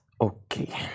Okay